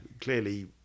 clearly